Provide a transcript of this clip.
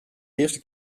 eerste